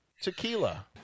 tequila